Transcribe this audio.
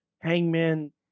Hangman